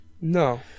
No